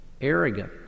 arrogant